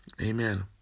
Amen